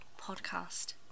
podcast